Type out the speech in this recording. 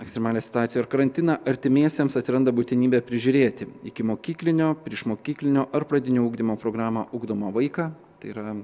ekstremalią situaciją ir karantiną artimiesiems atsiranda būtinybė prižiūrėti ikimokyklinio priešmokyklinio ar pradinio ugdymo programą ugdomą vaiką tai yra